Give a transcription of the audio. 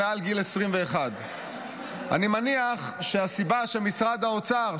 מעל גיל 21. אני מניח שהסיבה שמשרד האוצר,